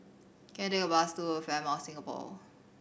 can I take a bus to Fairmont Singapore